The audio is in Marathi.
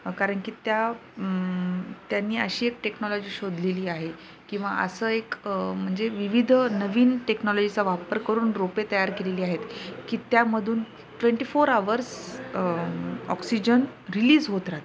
कारण की त्या त्यांनी अशी एक टेक्नॉलॉजी शोधलेली आहे किंवा असं एक म्हणजे विविध नवीन टेक्नॉलॉजीचा वापर करून रोपे तयार केलेली आहेत की त्यामधून twenty four hours oxygen release होत राहते